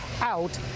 out